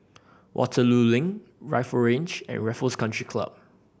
Waterloo Link Rifle Range and Raffles Country Club